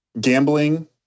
gambling